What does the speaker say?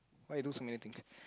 why you do so many things